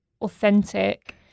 authentic